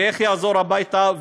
ואיך יחזור הביתה?